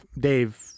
Dave